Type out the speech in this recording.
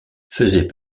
faisait